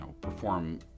perform